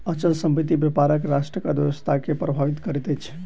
अचल संपत्ति के व्यापार राष्ट्रक अर्थव्यवस्था के प्रभावित करैत अछि